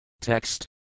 Text